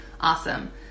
awesome